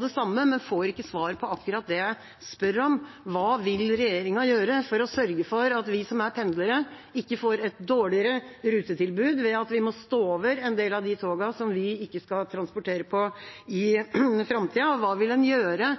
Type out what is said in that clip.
det samme, men får ikke svar på akkurat det jeg spør om: Hva vil regjeringa gjøre for å sørge for at vi som er pendlere, ikke får et dårligere rutetilbud ved at vi må stå over en del av de togene som Vy ikke skal transportere på i framtida? Og hva vil en gjøre